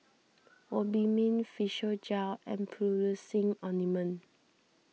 Obimin Physiogel and Ointment